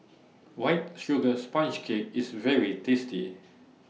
White Sugar Sponge Cake IS very tasty